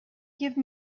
give